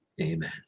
amen